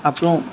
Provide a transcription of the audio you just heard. அப்புறோம்